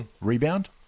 Rebound